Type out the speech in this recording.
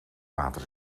water